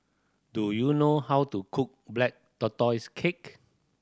do you know how to cook Black Tortoise Cake